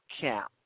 Camp